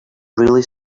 really